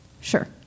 sure